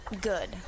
Good